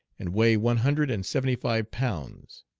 and weigh one hundred and seventy-five pounds.